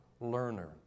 learner